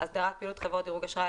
הסדרת פעילות חברות דירוג אשראי,